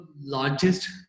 largest